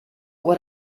what